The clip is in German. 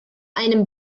einem